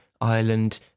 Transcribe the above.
Ireland